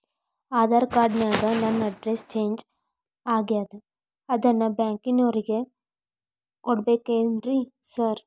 Aadhaar card ನ್ಯಾಗ ನನ್ address change ಆಗ್ಯಾದ ಅದನ್ನ ಬ್ಯಾಂಕಿನೊರಿಗೆ ಕೊಡ್ಬೇಕೇನ್ರಿ ಸಾರ್?